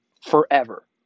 forever